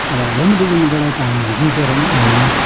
र बाट त हामी जितेर पनि आयौँ